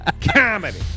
Comedy